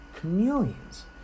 Chameleons